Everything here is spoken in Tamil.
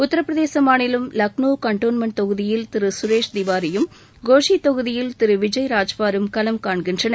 உத்திரபிரதேச மாநிலம் லக்னோ கண்டோன்ட்மென்ட் தொகுதியில் திரு கரேஷ் திவாரியும் கோஷி தொகுதியில் திரு விஜய் ராஜ்பாரும் களம் காண்கின்றனர்